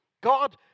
God